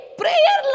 prayer